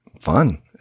fun